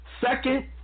second